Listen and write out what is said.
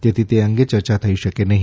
તેથી તે અંગે ચર્ચા થઇ શકે નહી